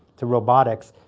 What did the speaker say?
to robotics,